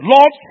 Lord